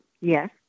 Yes